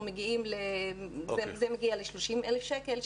זה מגיע ל-30,000 שקל,